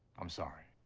i'm sorry.